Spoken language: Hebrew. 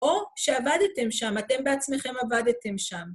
או שעבדתם שם, אתם בעצמכם עבדתם שם.